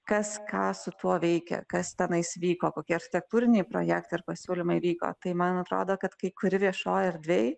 kas ką su tuo veikė kas tenais vyko kokie architektūriniai projektai ir pasiūlymai vyko tai man atrodo kad kai kuri viešoj erdvėj